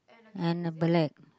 I'm the black